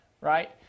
right